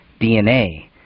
DNA